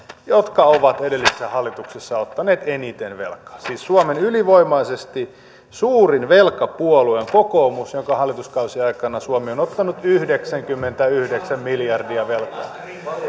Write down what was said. jotka ovat edellisessä hallituksessa ottaneet eniten velkaa siis suomen ylivoimaisesti suurin velkapuolue on kokoomus jonka hallituskausien aikana suomi on ottanut yhdeksänkymmentäyhdeksän miljardia velkaa